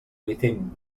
within